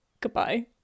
goodbye